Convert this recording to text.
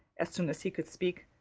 as soon as he could speak,